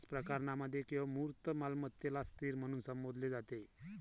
बर्याच प्रकरणांमध्ये केवळ मूर्त मालमत्तेलाच स्थिर म्हणून संबोधले जाते